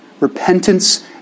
Repentance